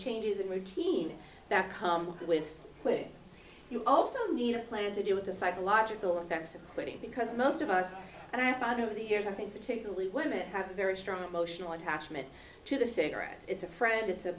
changes in routine that come with quitting you also need a plan to deal with the psychological effects of quitting because most of us and i have found over the years i think particularly women have a very strong emotional attachment to the cigarette is a friend it's a